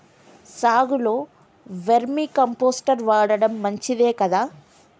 సాగులో vermicompost వాడటం మంచిదే కదా?